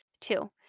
Two